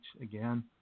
again